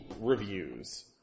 reviews